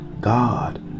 God